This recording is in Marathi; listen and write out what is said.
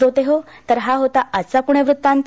श्रोतेहो तर हा होता आजचा पुणे वृत्तांत